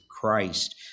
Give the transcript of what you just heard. Christ